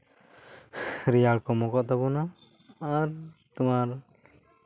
ᱨᱮᱭᱟᱲ ᱠᱚᱢᱚᱜᱚᱜ ᱛᱟᱵᱚᱱᱟ ᱟᱨ ᱛᱳᱢᱟᱨ